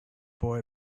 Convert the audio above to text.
boy